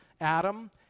Adam